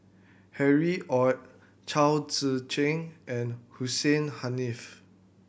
Harry Ord Chao Tzee Cheng and Hussein Haniff